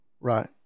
right